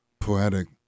poetic